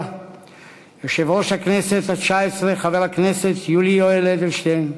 יושב-ראש הכנסת התשע-עשרה חבר הכנסת יולי יואל אדלשטיין,